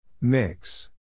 Mix